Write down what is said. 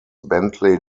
bentley